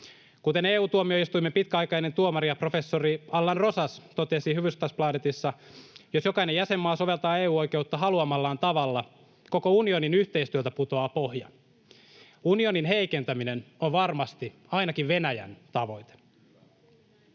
Kuten EU-tuomioistuimen pitkäaikainen tuomari ja professori Allan Rosas totesi Hufvudstadsbladetissa, jos jokainen jäsenmaa soveltaa EU-oikeutta haluamallaan tavalla, koko unionin yhteistyöltä putoaa pohja. Unionin heikentäminen on varmasti ainakin Venäjän tavoite.